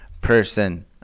person